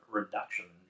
reduction